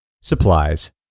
Supplies